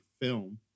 film